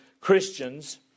Christians